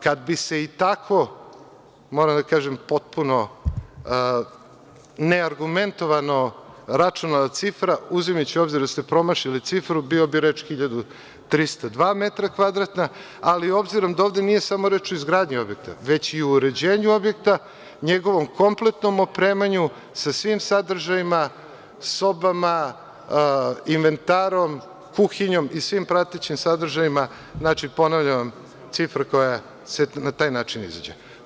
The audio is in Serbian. Kada bi se i tako, moram da kažem potpuno neargumentovano računala cifra, uzimajući u obzir da ste promašili cifru, bila bi reč od 1302 metra kvadratna, ali obzirom da ovde nije samo reč o izgradnji objekta, već i o uređenju objekta, njegovom kompletnom opremanju sa svim sadržajima, sobama, inventarom, kuhinjom i svim pratećim sadržajima, ponavljam cifra koja na taj način izađe.